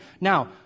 Now